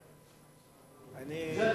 והבה.